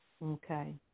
Okay